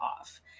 off